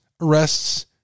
arrests